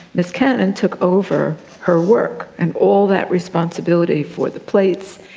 miss cannon took over her work, and all that responsibility for the plates.